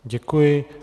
Děkuji.